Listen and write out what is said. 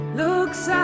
looks